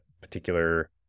particular